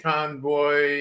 Convoy